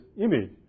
image